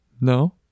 no